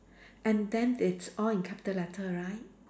and then it's all in capital letter right